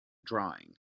drawing